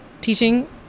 teaching